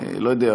לא יודע,